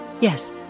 Yes